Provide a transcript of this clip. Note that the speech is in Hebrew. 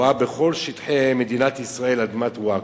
רואה בכל שטחי מדינת ישראל אדמת ווקף.